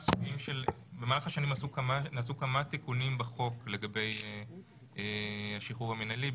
במהלך השנים נעשו כמה תיקונים בחוק לגבי השחרור המינהלי.